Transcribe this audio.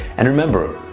and remember,